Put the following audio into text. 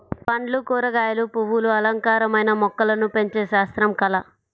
పండ్లు, కూరగాయలు, పువ్వులు అలంకారమైన మొక్కలను పెంచే శాస్త్రం, కళ